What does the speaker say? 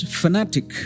fanatic